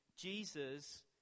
Jesus